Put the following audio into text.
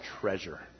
treasure